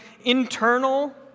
internal